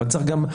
אבל צריך גם,